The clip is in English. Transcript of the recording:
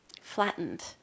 flattened